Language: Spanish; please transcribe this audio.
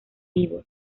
vivos